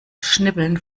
schnibbeln